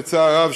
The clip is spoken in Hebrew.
בצער רב,